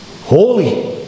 Holy